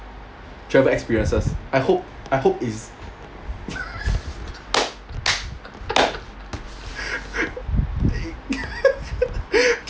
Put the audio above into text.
travel experiences I hope I hope it's